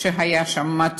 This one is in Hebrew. אפילו ברושים אין שם,